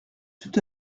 tout